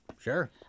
Sure